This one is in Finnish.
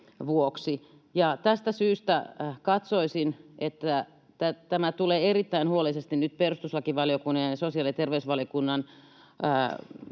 Tästä syystä katsoisin, että tämä tulee erittäin huolellisesti nyt perustuslakivaliokunnassa ja sosiaali- ja terveysvaliokunnassa